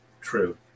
true